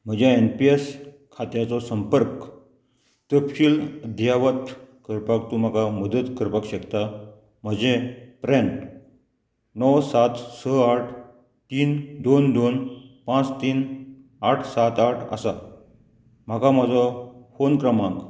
म्हज्या N P S खात्याचो संपर्क तपशील अध्यावत करपाक तूं म्हाका मदत करपाक शकता म्हजें प्रेन णव सात स आठ तीन दोन दोन पांच तीन आठ सात आठ आसा म्हाका म्हजो फोन क्रमांक